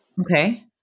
Okay